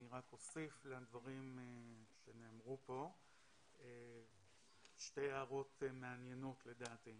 אני רק אוסיף לדברים שנאמרו כאן שתי הערות מעניינות לדעתי.